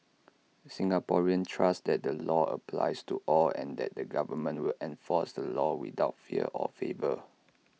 Singaporeans trust that the law applies to all and that the government will enforce the laws without fear or favour